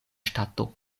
ŝtato